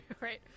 Right